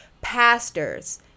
pastors